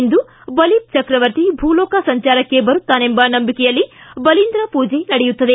ಇಂದು ಬಲಿ ಚಕ್ರವರ್ತಿ ಭೂಲೋಕ ಸಂಚಾರಕ್ಕೆ ಬರುತ್ತಾನೆಂಬ ನಂಬಿಕೆಯಲ್ಲಿ ಬಲೀಂದ್ರಪೂಜೆ ನಡೆಯುತ್ತದೆ